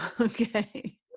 Okay